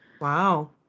Wow